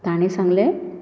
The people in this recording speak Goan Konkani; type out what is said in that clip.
तांणे सांगले